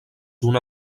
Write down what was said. una